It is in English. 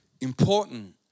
important